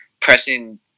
pressing